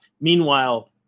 Meanwhile